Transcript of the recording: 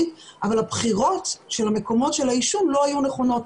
אבל בחירות מקומות העישון לא היו נכונות.